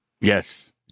Yes